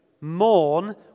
mourn